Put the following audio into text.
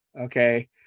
okay